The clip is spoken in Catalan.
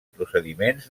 procediments